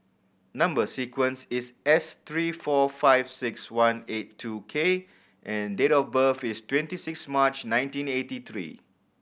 number sequence is S three four five six one eight two K and date of birth is twenty six March nineteen eighty three